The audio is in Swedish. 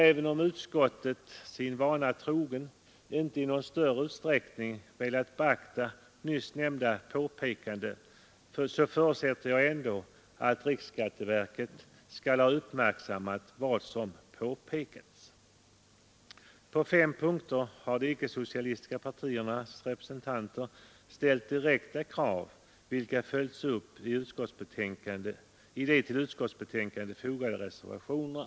Även om utskottet sin vana trogen inte i någon större utsträckning har velat beakta nyssnämnda påpekande förutsätter vi ändå att riksskatteverket uppmärksammar vad som anförts. På fem punkter har de icke-socialistiska partiernas representanter ställt direkta krav, vilka har följts upp i till utskottets betänkande fogade reservationer.